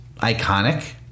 iconic